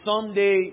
someday